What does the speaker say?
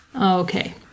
Okay